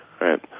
right